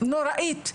נוראית במורים.